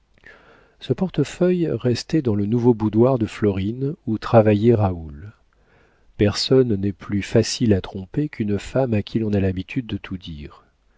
ce portefeuille restait dans le nouveau boudoir de florine où travaillait raoul personne n'est plus facile à tromper qu'une femme à qui l'on a l'habitude de tout dire